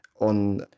on